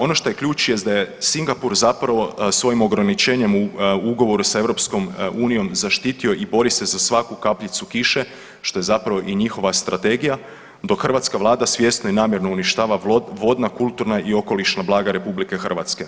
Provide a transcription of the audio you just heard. Ono što je ključ jest da je Singapur zapravo svojim ograničenjem u ugovoru s EU zaštitio i bori se za svaku kapljicu kiše što je zapravo i njihova strategija dok hrvatska Vlada svjesno i namjerno uništava vodna, kulturna i okolišna blaga RH.